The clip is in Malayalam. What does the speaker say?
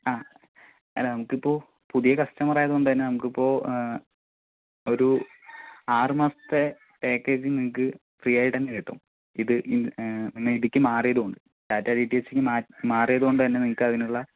ആ അല്ല നമുക്കിപ്പോൾ പുതിയ കസ്റ്റമർ ആയതുകൊണ്ട് നമുക്കിപ്പോൾ ഒരു ആറ് മാസത്തെ പാക്കേജ് നിങ്ങൾക്ക് ഫ്രീയായിട്ട് തന്നെ കിട്ടും ഇത് ഇത് ഇതിലേക്ക് മാറിയതുകൊണ്ട് റ്റാറ്റാ ഡിടിഎച്ചിലേക്ക് മാറിയത് കൊണ്ടുതന്നെ നിങ്ങൾക്കതിനുള്ള